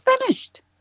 finished